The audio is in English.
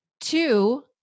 Two